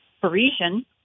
Parisian